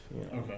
Okay